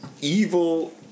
evil